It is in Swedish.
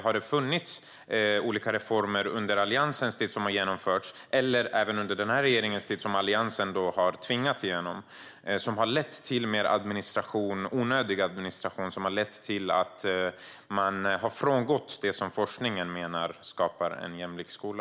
Har det funnits reformer som genomförts under Alliansens tid eller som tvingats igenom av Alliansen under den här regeringens tid som har lett till mer onödig administration och till att man har frångått det som forskningen menar skapar en jämlik skola?